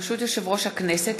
ברשות יושב-ראש הכנסת,